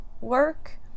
work